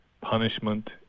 punishment